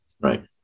Right